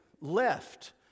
left